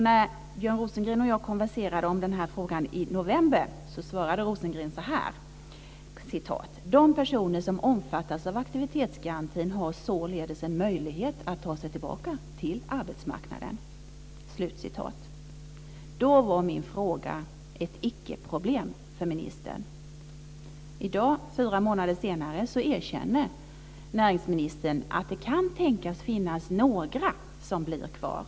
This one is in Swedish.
När Björn Rosengren och jag konverserade om den här frågan i november svarade Rosengren så här: De personer som omfattas av aktivitetsgarantin har således en möjlighet att ta sig tillbaka till arbetsmarknaden. Då var min fråga ett ickeproblem för ministern. I dag, fyra månader senare, erkänner näringsministern att det kan tänkas finnas några som blir kvar.